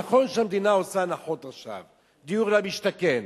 נכון שהמדינה עושה הנחות עכשיו, דיור למשתכן,